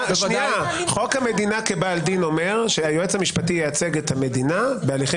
חוק המדינה כבעל דין אומר שהיועץ המשפטי ייצג את המדינה בהליכים